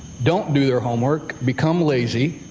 don't do their homework become lazy.